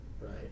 right